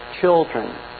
children